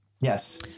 Yes